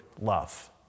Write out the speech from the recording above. love